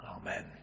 Amen